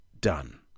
done